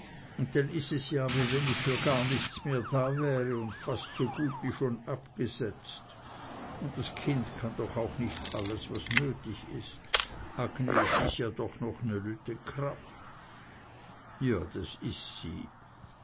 dann is es ja wie wenn ich für gar nichts mehr da wär und fast so gut wie schon abgesetzt und das kind kann doch auch nich all das was nötig is agnes is ja doch noch ne lütte krabb ja das is sie